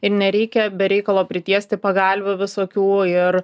ir nereikia be reikalo pritiesti pagalvių visokių ir